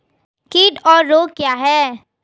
कीट और रोग क्या हैं?